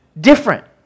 different